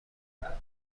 بدان